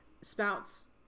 spouts